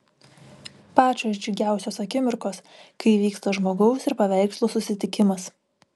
pačios džiugiausios akimirkos kai įvyksta žmogaus ir paveikslo susitikimas